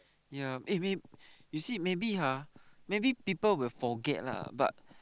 ya eh may you see maybe ha maybe people will forget lah but